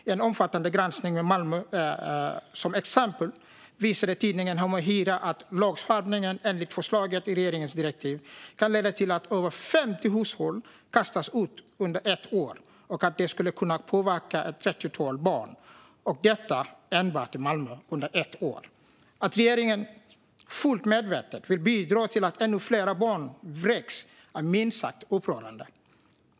I en omfattande granskning, med Malmö som ett exempel, visar tidningen Hem & Hyra att skärpningen av lagen enligt förslaget i regeringens direktiv kan leda till att över 50 hushåll kan komma att kastas ut under ett år, och det skulle kunna påverka ett trettiotal barn - enbart i Malmö under ett år. Att regeringen fullt medvetet vill bidra till att ännu fler barn vräks är minst sagt upprörande.